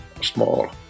small